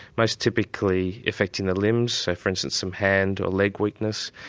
most typically affecting the limbs, so for instance some hand or leg weakness.